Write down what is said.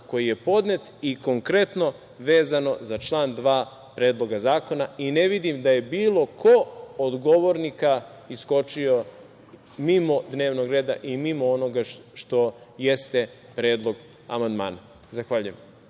koji je podnet i konkretno vezano za član 2. Predloga zakona i ne vidim da je bilo ko od govornika iskočio mimo dnevnog reda i mimo onoga što jeste predlog amandmana. Ne tražim